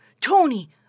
Tony